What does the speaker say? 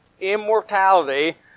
immortality